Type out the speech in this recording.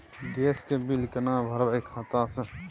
Gas के bill केना भरबै खाता से?